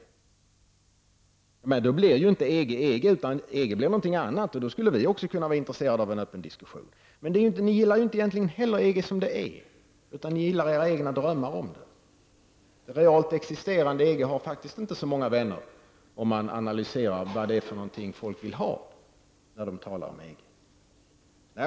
Om detta vore möjligt skulle inte EG vara EG utan någonting annat. Då skulle vi också vara intresserade av en öppen diskussion. Ni gillar inte heller EG som det är utan ni gillar era egna drömmar om EG. Det realt existerande EG har faktiskt inte så många vänner om man analyserar vad det är folk vill ha.